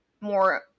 more